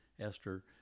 Esther